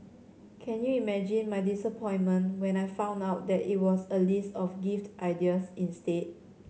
can you imagine my disappointment when I found out that it was a list of gift ideas instead